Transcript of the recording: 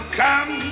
come